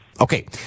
Okay